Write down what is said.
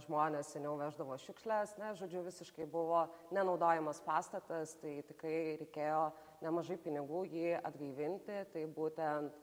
žmonės seniau veždavo šiukšles na žodžiu visiškai buvo nenaudojamas pastatas tai tikrai reikėjo nemažai pinigų jį atgaivinti tai būtent